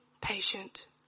patient